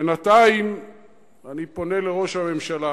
בינתיים אני פונה אל ראש הממשלה